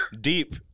Deep